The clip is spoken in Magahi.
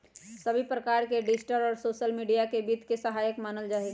सभी प्रकार से डिजिटल और सोसल मीडिया के वित्त के सहायक मानल जाहई